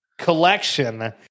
collection